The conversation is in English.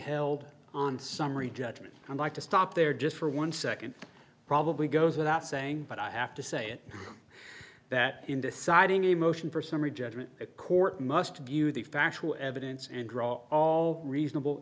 held on summary judgment i'd like to stop there just for one second probably goes without saying but i have to say it that in deciding a motion for summary judgment a court must view the factual evidence and draw all reasonable